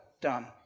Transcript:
done